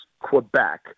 quebec